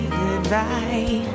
goodbye